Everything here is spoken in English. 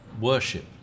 worship